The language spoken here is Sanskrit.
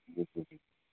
गच्छतु